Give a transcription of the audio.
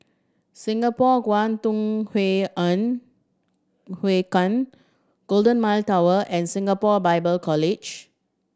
Singapore Kwangtung Hui En Hui Kuan Golden Mile Tower and Singapore Bible College